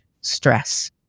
stress